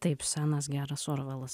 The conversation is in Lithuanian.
taip senas geras orvelas